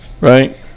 right